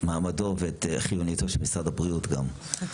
מעמדו ואת חיוניותו של משרד הבריאות גם.